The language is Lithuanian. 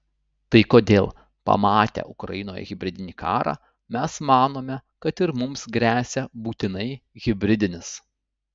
tai kodėl pamatę ukrainoje hibridinį karą mes manome kad ir mums gresia būtinai hibridinis